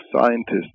scientists